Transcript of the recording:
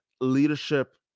leadership